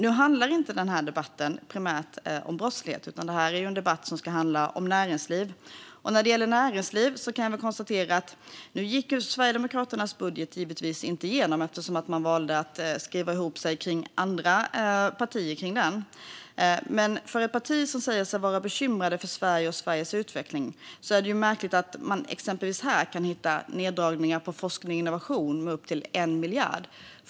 Nu handlar inte den här debatten primärt om brottslighet, utan detta är en debatt som ska handla om näringsliv. När det gäller näringsliv kan jag konstatera att Sverigedemokraternas budget givetvis inte gick igenom eftersom de valde att skriva ihop sig med andra partier om ett budgetförslag. Men det är märkligt att man hos ett parti som säger sig vara bekymrat för Sverige och Sveriges utveckling kan hitta exempelvis neddragningar på forskning och innovation på upp till 1 miljard.